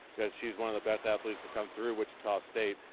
she's one of the best athletes to come through wichita state.